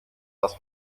was